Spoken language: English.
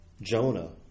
Jonah